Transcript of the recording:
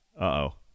Uh-oh